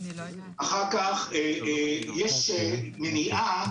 יש מניעה